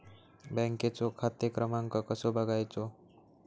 बँकेचो खाते क्रमांक कसो बगायचो?